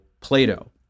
Plato